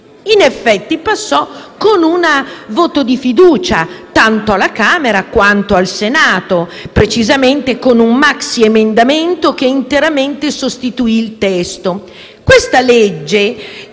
In effetti, passò con un voto di fiducia, tanto alla Camera quanto al Senato, e precisamente con un maxiemendamento che sostituì interamente il testo.